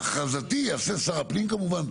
ההכרזתי יעשה שר הפנים כמובן.